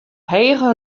hege